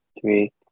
three